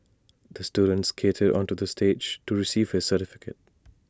the student skated onto the stage to receive his certificate